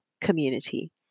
community